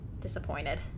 disappointed